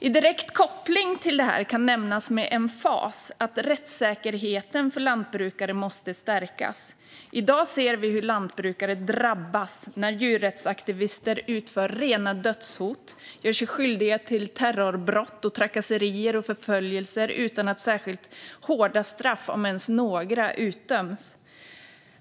I direkt koppling till detta kan med emfas nämnas att rättssäkerheten för lantbrukare måste stärkas. I dag ser vi hur lantbrukare drabbas när djurrättsaktivister utför rena dödshot och gör sig skyldiga till terrorbrott, trakasserier och förföljelse utan att särskilt hårda straff, om ens några, utdöms.